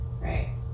Right